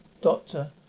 Doctor